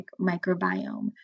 microbiome